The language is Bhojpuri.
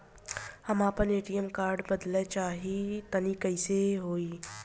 हम आपन ए.टी.एम कार्ड बदलल चाह तनि कइसे होई?